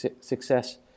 success